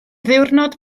ddiwrnod